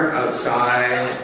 outside